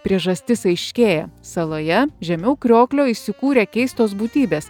priežastis aiškėja saloje žemiau krioklio įsikūrė keistos būtybės